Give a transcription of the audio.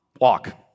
walk